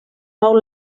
mou